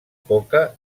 coca